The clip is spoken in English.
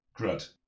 Grud